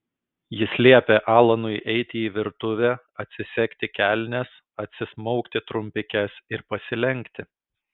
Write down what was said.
jis liepė alanui eiti į virtuvę atsisegti kelnes atsismaukti trumpikes ir pasilenkti